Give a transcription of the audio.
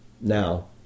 now